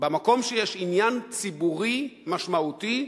במקום שיש עניין ציבורי משמעותי,